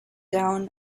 down